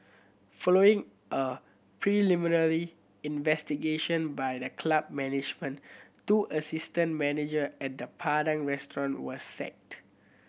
following a preliminary investigation by the club management two assistant manager at the Padang Restaurant were sacked